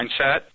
mindset